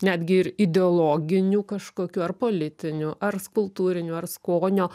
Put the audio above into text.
netgi ir ideologinių kažkokių ar politinių ar skulptūrinių ar skonio